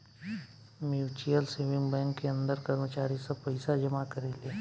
mutual saving bank के अंदर कर्मचारी सब पइसा जमा करेले